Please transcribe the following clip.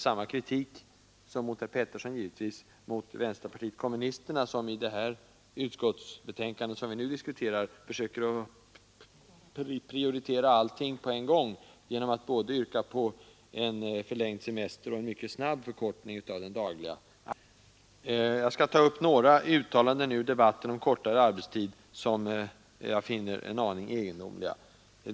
Samma kritik som mot herr Thage Peterson kan man rikta mot vänsterpartiet kommunisterna som i det utskottsbetänkande vi nu diskuterar försöker prioritera allting på en gång genom att yrka på både förlängd semester och en mycket snabb förkortning av den dagliga arbetstiden. Jag skall ta upp några uttalanden ur debatten om kortare arbetstid, som jag finner egendomliga.